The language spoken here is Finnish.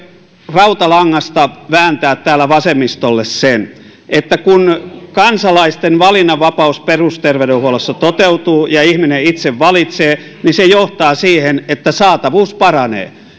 rautalangasta vääntää täällä vasemmistolle sen että kun kansalaisten valinnanvapaus perusterveydenhuollossa toteutuu ja ihminen itse valitsee niin se johtaa siihen että saatavuus paranee